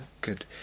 Good